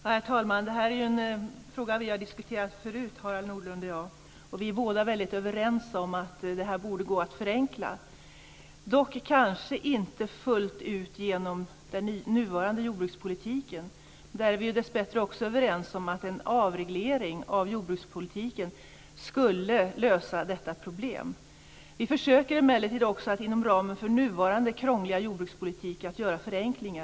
Herr talman! Detta är en fråga som vi har diskuterat förut, Harald Nordlund och jag, och vi är båda väldigt överens om att detta borde gå att förenkla, dock kanske inte fullt ut med den nuvarande jordbrukspolitiken. Vi är dessbättre också överens om att en avreglering av jordbrukspolitiken skulle lösa detta problem. Vi försöker emellertid att inom ramen för nuvarande krångliga jordbrukspolitik genomföra förenklingar.